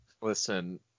Listen